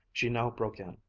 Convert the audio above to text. she now broke in.